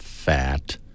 Fat